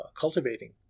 cultivating